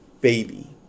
baby